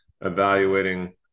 evaluating